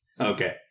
Okay